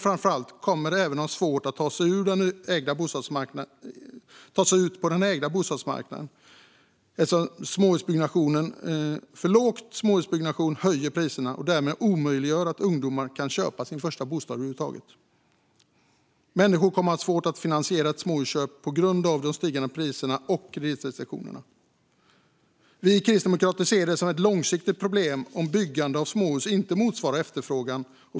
Framför allt ungdomar kommer att ha svårt att ta sig ut på den ägda bostadsmarknaden, eftersom en för liten småhusbyggnation höjer priserna och därmed omöjliggör för ungdomar att köpa sin första bostad. Människor kommer att ha svårt att finansiera ett småhusköp på grund av de stigande priserna och kreditrestriktionerna. Vi kristdemokrater ser det som ett långsiktigt problem om byggandet av småhus inte motsvarar efterfrågan.